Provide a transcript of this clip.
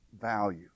value